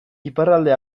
iparralde